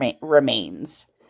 remains